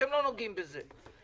אתם לא נוגעים בזה.